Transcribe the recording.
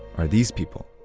are these people.